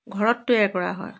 ঘৰত তৈয়াৰ কৰা হয়